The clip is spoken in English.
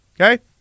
Okay